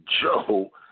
Joe